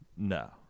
No